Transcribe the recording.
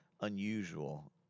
unusual